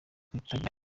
abaturage